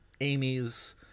amy's